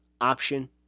option